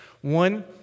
One